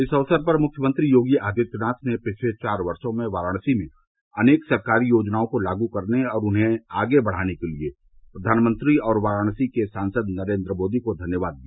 इस अवसर पर मुख्यमंत्री योगी आदित्यनाथ ने पिछले चार वर्षो में वाराणसी में अनेक सरकारी योजनाओं को लागू करने और उन्हें आगे बढ़ाने के लिए प्रधानमंत्री और वाराणसी के सांसद नरेन्द्र मोदी को धन्यवाद दिया